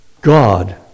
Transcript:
God